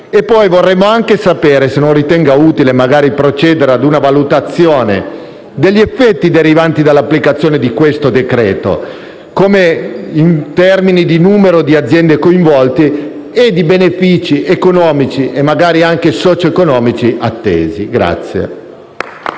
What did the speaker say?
Poi vorremmo sapere se non ritenga utile magari procedere a una valutazione degli effetti derivanti dall'applicazione di questo decreto-legge in termini di numero di aziende coinvolte e di benefici economici, e magari anche socio-economici, attesi.